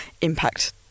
impact